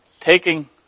Taking